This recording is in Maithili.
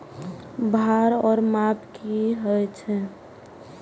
भार ओर माप की होय छै?